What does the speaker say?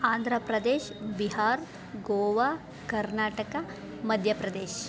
Andhra Pradesh Bihar Goa Karnataka Madhya Pradesh